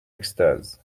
extase